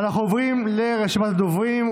אנחנו עוברים לרשימת הדוברים,